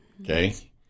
Okay